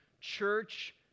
church